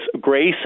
grace